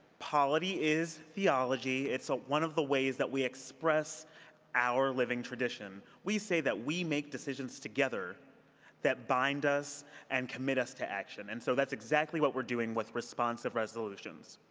polity is theology. it's ah one of the ways that we express our living tradition. we say that we make decisions together that bind us and committees to action and so that's exactly what we're doing with responsive resolutions.